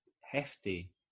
hefty